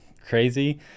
crazy